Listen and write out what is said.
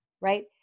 right